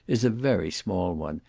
is a very small one,